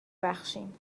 بخشیم